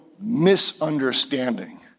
misunderstanding